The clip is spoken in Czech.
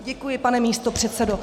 Děkuji, pane místopředsedo.